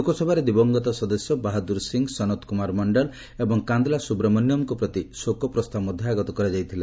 ଲୋକସଭାରେ ଦିବଂଗତ ସଦସ୍ୟ ବାହାଦୂର ସିଂ ସନତ କୁମାର ମଣ୍ଡଳ ଏବଂ କାନ୍ଦ୍ରା ସୁବ୍ରମଣ୍ୟମ୍ଙ୍କ ପ୍ରତି ଶୋକ ପ୍ରସ୍ତାବ ଆଗତ କରାଯାଇଛି